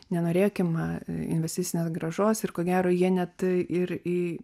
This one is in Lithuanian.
nenorėkim investicinės grąžos ir ko gero jie net ir į